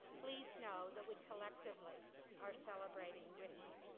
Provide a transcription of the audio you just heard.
please know that we collectively are celebrating with you.